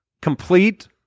complete